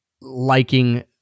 liking